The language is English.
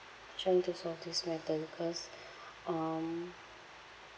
trying to solve this matter because um